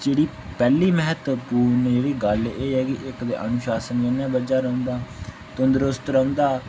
जेह्ड़ी पैह्ली म्हत्तवपूर्ण जेह्ड़ी गल्ल एह् ऐ के इक ते अनुशासन कन्नै बज्झा रौंह्दा तंदरुस्त रौंह्दा